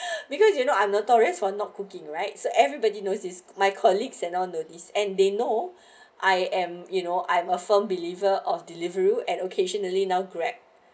because you know I'm notorious for not cooking writes everybody knows is my colleagues and onto this and they know I am you know I'm a firm believer of delivery and occasionally now grab